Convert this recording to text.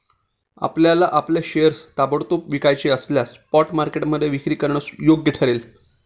आपल्याला आपले शेअर्स ताबडतोब विकायचे असल्यास स्पॉट मार्केटमध्ये विक्री करणं योग्य ठरेल